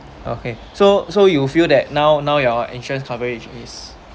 okay so so you feel that now now your insurance coverage is